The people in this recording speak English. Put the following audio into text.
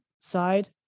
side